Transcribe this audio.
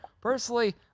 personally